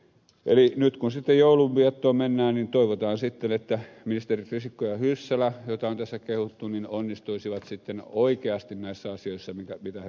eli nyt kun sitten joulun viettoon mennään niin toivotaan sitten että ministerit risikko ja hyssälä joita on tässä kehuttu onnistuisivat sitten oikeasti näissä asioissa mitä he peräänkuuluttavat